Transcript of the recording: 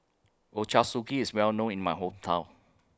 Ochazuke IS Well known in My Hometown